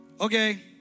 okay